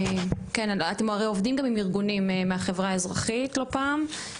אתם הרי עובדים גם עם ארגונים מהחברה האזרחית לא פעם.